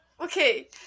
Okay